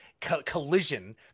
collision